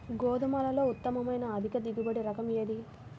గోధుమలలో ఉత్తమమైన అధిక దిగుబడి రకం ఏది?